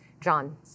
John